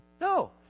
No